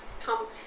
come